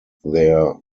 their